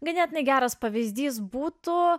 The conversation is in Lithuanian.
ganėtinai geras pavyzdys būtų